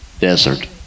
desert